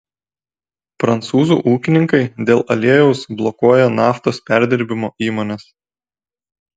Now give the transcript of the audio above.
prancūzų ūkininkai dėl aliejaus blokuoja naftos perdirbimo įmones